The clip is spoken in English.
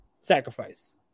Sacrifice